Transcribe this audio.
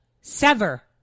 sever